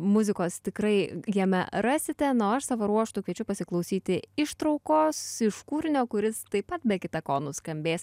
muzikos tikrai jame rasite na o aš savo ruožtu kviečiu pasiklausyti ištraukos iš kūrinio kuris taip pat be kita ko nuskambės